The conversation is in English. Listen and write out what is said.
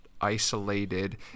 isolated